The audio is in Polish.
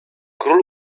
król